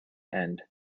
end